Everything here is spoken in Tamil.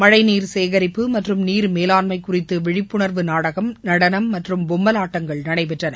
மழைநீர் சேகரிப்பு மற்றும் நீர் மேலாண்ம குறித்து விழிப்புணர்வு நாடகம் நடனம் மற்றும் பொம்மலாட்டங்கள் நடைபெற்றன